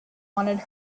wanted